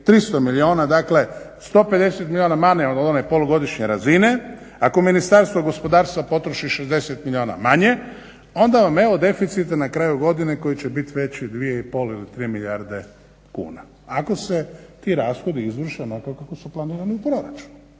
300 milijuna, dakle 150 milijuna manje od one polugodišnje razine. Ako Ministarstvo gospodarstva potroši 60 milijuna manje, onda vam evo deficita na kraju godine koji će biti veći 2,5 ili 3 milijarde kuna. Ako se ti rashodi izvrše onako kako su planirani u proračunu,